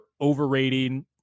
overrating